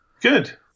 Good